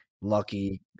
lucky